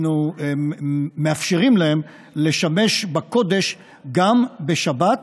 אנחנו מאפשרים להם לשמש בקודש גם בשבת,